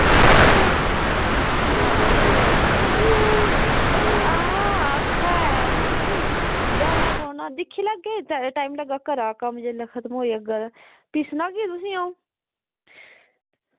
आं अच्छा अच्छा आं आक्खे दा असेंगी बी दिक्खी लैगे घरा कम्म जेल्लै खत्म होई जाह्गा तां भी सनागी तुसेंगी अं'ऊ